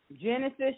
Genesis